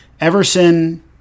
Everson